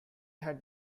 had